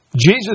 jesus